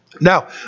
Now